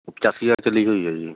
ਪਚਾਸੀ ਹਜ਼ਾਰ ਚੱਲੀ ਹੋਈ ਹੈ ਜੀ